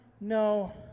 no